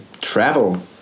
travel